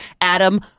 Adam